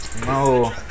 No